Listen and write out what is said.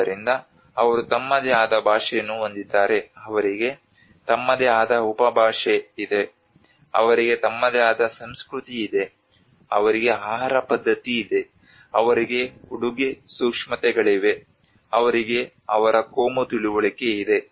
ಆದ್ದರಿಂದ ಅವರು ತಮ್ಮದೇ ಆದ ಭಾಷೆಯನ್ನು ಹೊಂದಿದ್ದಾರೆ ಅವರಿಗೆ ತಮ್ಮದೇ ಆದ ಉಪಭಾಷೆ ಇದೆ ಅವರಿಗೆ ತಮ್ಮದೇ ಆದ ಸಂಸ್ಕೃತಿ ಇದೆ ಅವರಿಗೆ ಆಹಾರ ಪದ್ಧತಿ ಇದೆ ಅವರಿಗೆ ಉಡುಗೆ ಸೂಕ್ಷ್ಮತೆಗಳಿವೆ ಅವರಿಗೆ ಅವರ ಕೋಮು ತಿಳುವಳಿಕೆ ಇದೆ